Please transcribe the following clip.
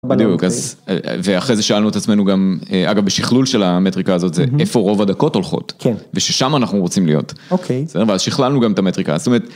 בדיוק אז ואחרי זה שאלנו את עצמנו גם אגב בשכלול של המטריקה הזאת זה איפה רוב הדקות הולכות כן וששם אנחנו רוצים להיות אוקיי אז שכללנו גם את המטריקה.